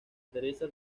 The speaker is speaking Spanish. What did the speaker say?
teresa